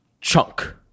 chunk